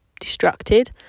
distracted